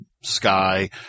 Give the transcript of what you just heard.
Sky